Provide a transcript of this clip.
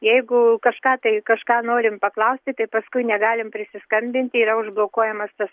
jeigu kažką tai kažką norim paklausti tai paskui negalim prisiskambinti yra užblokuojamas tas